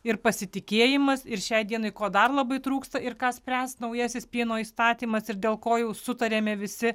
ir pasitikėjimas ir šiai dienai ko dar labai trūksta ir ką spręs naujasis pieno įstatymas ir dėl ko jau sutarėme visi